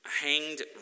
hanged